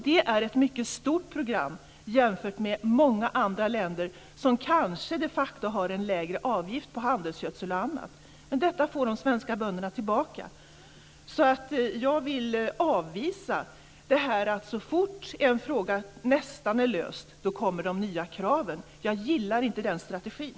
Det är ett mycket stort program jämfört med många andra länder som kanske de facto har en lägre avgift på handelsgödsel och annat. Detta får de svenska bönderna tillbaka. Jag vill alltså avvisa att man så fort en fråga nästan är löst kommer med nya krav. Jag gillar inte den strategin.